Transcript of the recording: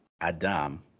Adam